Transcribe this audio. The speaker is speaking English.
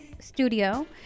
studio